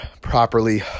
properly